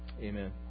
Amen